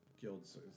guilds